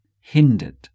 hindered